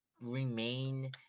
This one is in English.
remain